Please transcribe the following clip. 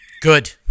Good